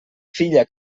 filla